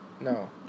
No